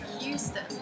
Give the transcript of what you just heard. Houston